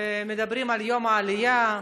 מדברים על יום העלייה,